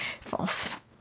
false